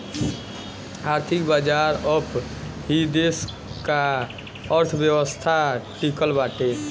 आर्थिक बाजार पअ ही देस का अर्थव्यवस्था टिकल बाटे